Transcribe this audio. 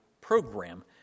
program